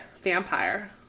vampire